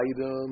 item